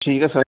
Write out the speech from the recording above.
ਠੀਕ ਹੈ ਸਰ